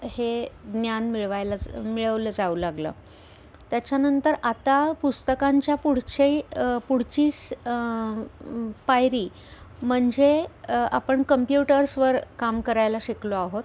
हे ज्ञान मिळवायलाच मिळवलं जाऊ लागलं त्याच्यानंतर आता पुस्तकांच्या पुढचे पुढचीस पायरी म्हणजे आपण कंप्युटर्सवर काम करायला शिकलो आहोत